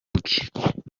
bwe